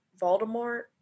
Voldemort